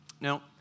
Now